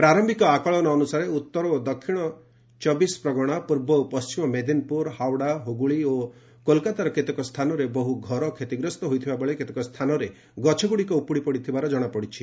ପ୍ରାର୍ୟିକ ଆକଳନ ଅନୁସାରେ ଉତ୍ତର ଏବଂ ଦକ୍ଷିଣ ଚବିଶ ପ୍ରଗଣା ପୂର୍ବ ଓ ପଣ୍ଢିମ ମେଦିନପୁର ହାଓଡ଼ା ହୁଗୁଳି ଓ କଲକାତାର କେତେକ ସ୍ଥାନରେ ବହୁ ଘର କ୍ଷତିଗ୍ରସ୍ତ ହୋଇଥିବାବେଳେ କେତେକ ସ୍ଥାନରେ ଗଛଗୁଡ଼ିକ ଉପୁଡ଼ିପଡ଼ିଥିବାର ଜଣାପଡ଼ିଛି